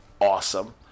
Awesome